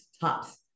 tops